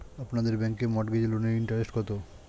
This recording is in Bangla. আপনাদের ব্যাংকে মর্টগেজ লোনের ইন্টারেস্ট কত?